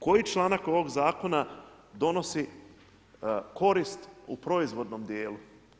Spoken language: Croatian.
Koji članak ovog zakona donosi korist u proizvodnom djelu?